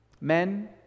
Men